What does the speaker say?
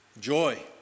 joy